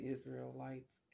Israelites